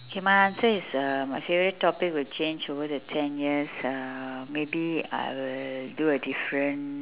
okay my answer is uh my favourite topic would change over the ten years maybe I would do a different